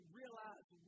realize